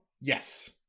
yes